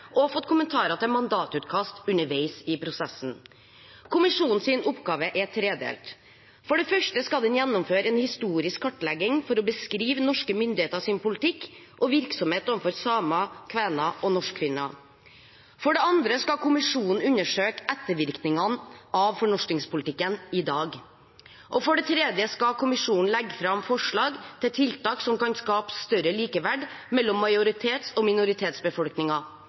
og fått kommentarer til mandatutkast underveis i prosessen. Kommisjonens oppgave er tredelt. For det første skal den gjennomføre en historisk kartlegging for å beskrive norske myndigheters politikk og virksomhet overfor samer, kvener og norskfinner. For det andre skal kommisjonen undersøke ettervirkningene av fornorskingspolitikken i dag. For det tredje skal kommisjonen legge fram forslag til tiltak som kan skape større likeverd mellom majoritets- og